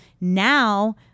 now